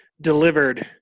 delivered